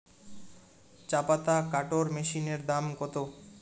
চাপাতা কাটর মেশিনের দাম কত?